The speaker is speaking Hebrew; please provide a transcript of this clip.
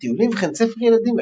טיולים וכן ספר ילדים אחד.